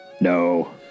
No